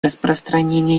распространения